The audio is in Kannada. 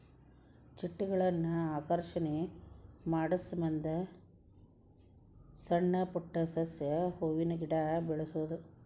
ಚಿಟ್ಟೆಗಳನ್ನ ಆಕರ್ಷಣೆ ಮಾಡುಸಮಂದ ಸಣ್ಣ ಪುಟ್ಟ ಸಸ್ಯ, ಹೂವಿನ ಗಿಡಾ ಬೆಳಸುದು